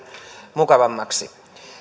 mukavammaksi